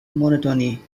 monotony